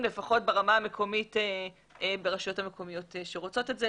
לפחות ברמה המקומית ברשויות המקומיות שרוצות את זה.